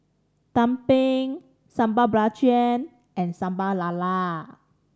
tumpeng Sambal Belacan and Sambal Lala